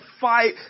fight